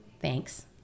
thanks